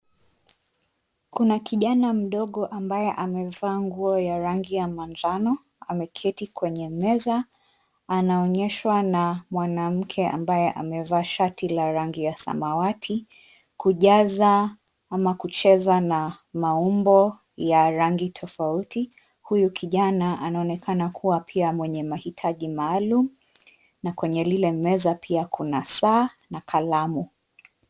Kuna kijana mdogo ambaye amevaa nguo ya rangi ya manjano, ameketi kwenye meza. Anaonyeshwa na mwanamke ambaye amevaa shati la rangi ya samawati kujaza ama kucheza na maumbo ya rangi tofauti. Huyu kijana anaonekana kuwa pia mwenye mahitaji maalum na kwenye lile meza pia kuna saa na kalamu.